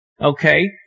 Okay